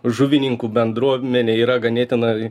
žuvininkų bendruomenė yra ganėtinai